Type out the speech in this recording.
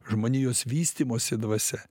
žmonijos vystymosi dvasia